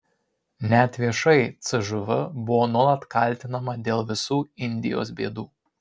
net viešai cžv buvo nuolat kaltinama dėl visų indijos bėdų